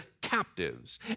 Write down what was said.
captives